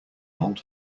old